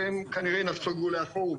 והם כנראה נסוגו לאחור,